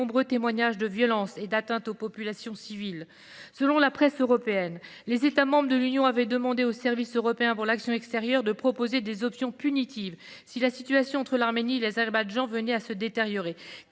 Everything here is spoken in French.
nombreux témoignages de violences et d’atteintes aux populations civiles. Selon la presse européenne, les États membres de l’Union européenne avaient demandé au Service européen pour l’action extérieure (SEAE) de proposer des options punitives si la situation entre l’Arménie et l’Azerbaïdjan venait à se détériorer.